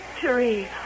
victory